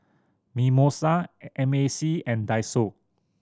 Mimosa M A C and Daiso